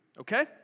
okay